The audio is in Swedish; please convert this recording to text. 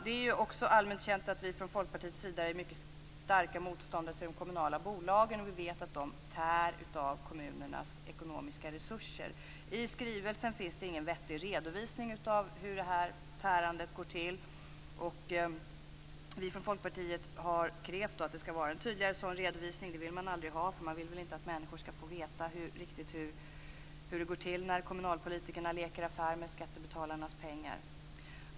Det är också allmänt känt att vi från Folkpartiets sida är mycket starka motståndare till de kommunala bolagen. Vi vet att de tär på kommunernas ekonomiska resurser. I skrivelsen finns det ingen vettig redovisning av hur detta tärande går till, och från Folkpartiet har vi då krävt en tydligare sådan redovisning. Det vill man inte ha; man vill väl inte att människor skall veta hur det går till när kommunalpolitikerna leker affär med skattebetalarnas pengar.